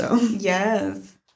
Yes